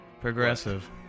Progressive